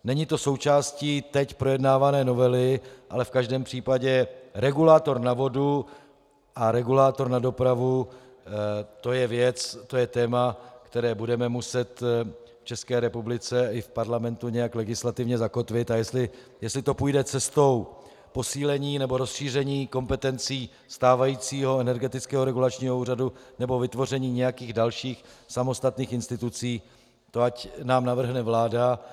Není to součástí teď projednávané novely, ale v každém případě regulátor na vodu a regulátor na dopravu, to je téma, které budeme muset v České republice i v parlamentu nějak legislativně zakotvit, a jestli to půjde cestou posílení nebo rozšíření kompetencí stávajícího Energetického regulačního úřadu, nebo vytvoření nějakých dalších samostatných institucí, to ať nám navrhne vláda.